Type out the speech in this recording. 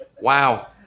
Wow